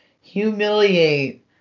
humiliate